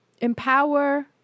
empower